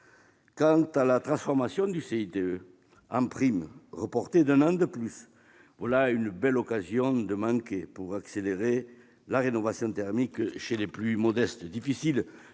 Quant à la transformation du CITE en prime reportée d'un an de plus, voilà une belle occasion manquée d'accélérer la rénovation thermique chez les plus modestes ! Il est